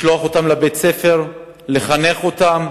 לשלוח אותם לבית-הספר, לחנך אותם,